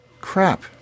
Crap